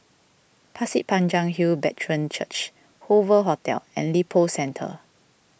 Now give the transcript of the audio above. Pasir Panjang Hill Brethren Church Hoover Hotel and Lippo Centre